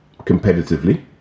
competitively